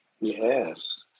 Yes